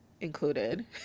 included